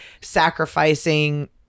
sacrificing